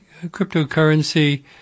cryptocurrency